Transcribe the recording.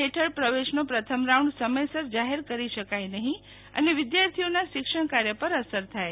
હેઠળ પ્રવેશનો પ્રથમરાઉન્ઠ સમયસર જાહેર કરી શકાય નહી અનેવિદ્યાર્થીઓના શિક્ષણ કાર્ય પર અસર થાય